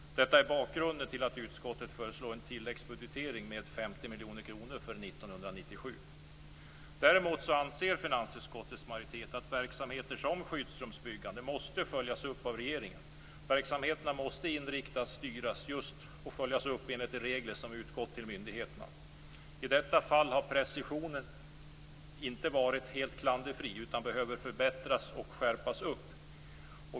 Detta är bakgrunden till att utskottet föreslår en tilläggsbudgetering med 50 miljoner kronor för 1997. Däremot anser finansutskottets majoritet att verksamheter som skyddsrumsbyggande måste följas upp av regeringen. Verksamheterna måste inriktas, styras och följas upp enligt de regler som utgått till myndigheterna. I detta fall har precisionen inte varit helt klanderfri utan behöver förbättras och skärpas.